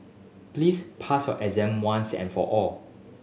please pass your exam once and for all